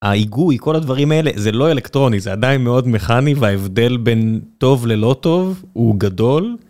ההיגוי, כל הדברים האלה, זה לא אלקטרוני, זה עדיין מאוד מכני, וההבדל בין טוב ללא טוב הוא גדול.